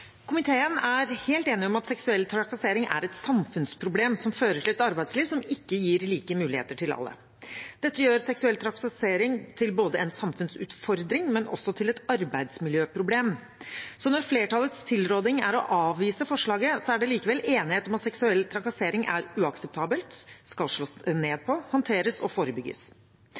fører til et arbeidsliv som ikke gir like muligheter til alle. Dette gjør seksuell trakassering til en samfunnsutfordring, men også til et arbeidsmiljøproblem. Så når flertallets tilråding er å avvise forslaget, er det likevel enighet om at seksuell trakassering er uakseptabelt, skal slås ned på, håndteres og forebygges.